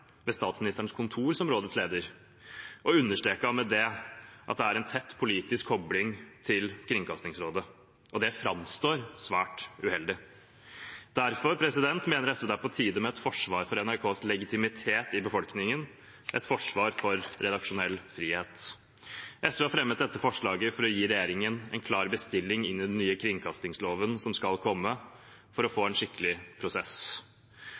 ved statsministerens kontor som rådets leder, og understreket med det at det er en tett politisk kobling til Kringkastingsrådet. Det framstår svært uheldig. Derfor mener SV det er på tide med et forsvar for NRKs legitimitet i befolkningen, et forsvar for redaksjonell frihet. SV har fremmet dette forslaget for å gi regjeringen en klar bestilling inn i den nye kringkastingsloven som skal komme, for å få en skikkelig prosess.